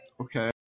Okay